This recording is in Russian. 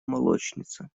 молочница